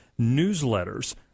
newsletters